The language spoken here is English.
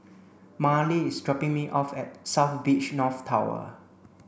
Marley is dropping me off at South Beach North Tower